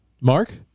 Mark